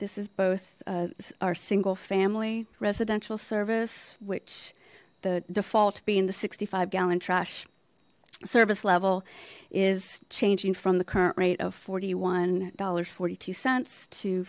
this is both our single family residential service which the default being the sixty five gallon trash service level is changing from the current rate of forty one dollars forty two cents to